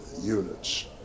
units